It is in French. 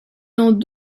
dans